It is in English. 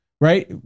right